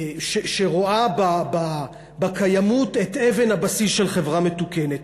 שרואה בקיימות את אבן הבסיס של חברה מתוקנת.